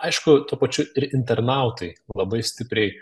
aišku tuo pačiu ir internautai labai stipriai